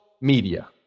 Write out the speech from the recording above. media